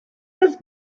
was